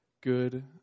good